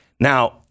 Now